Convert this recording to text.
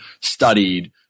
studied